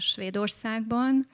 Svédországban